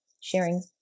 sharing